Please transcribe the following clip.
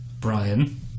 Brian